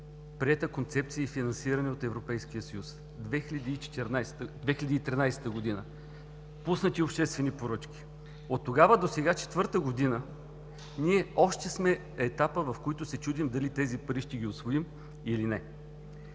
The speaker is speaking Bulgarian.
приета концепция и финансиране от Европейския съюз 2013 г. – пуснати обществени поръчки. Оттогава досега четвърта година ние още сме в етапа, в който се чудим дали тези пари ще ги усвоим, или не.